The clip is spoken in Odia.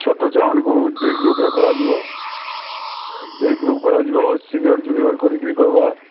ଛୋଟ ଛୁଆମାନଙ୍କୁ ଦୁଇ ଗ୍ରୁପ୍ରେ କରାଯିବ ଦୁଇ ଗ୍ରୁପ୍ରେ କରାଯିବ ସିନିୟର୍ ଜୁନିୟର୍ କରିକି କରିବା